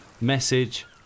message